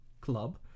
club